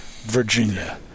Virginia